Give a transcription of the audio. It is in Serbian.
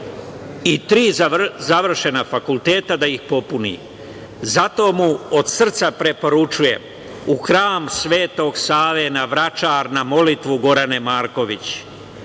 i tri završena fakulteta da ih popuni. Zato mu od srca preporučujem, u Hram Svetog Save na Vračar na molitvu, Gorane Marković.